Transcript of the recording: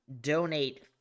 donate